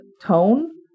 Tone